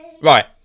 Right